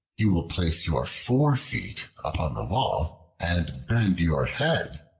you will place your forefeet upon the wall and bend your head,